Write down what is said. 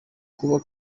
kuba